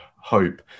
hope